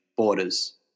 borders